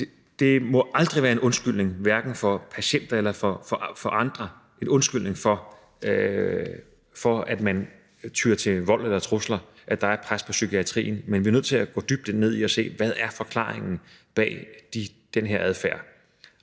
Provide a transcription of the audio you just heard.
Det må aldrig være en undskyldning, hverken for patienter eller for andre, for, at man tyer til vold eller trusler, at der er et pres på psykiatrien, men vi er nødt til at gå dybt ned i det og se på, hvad forklaringen er bag den her adfærd,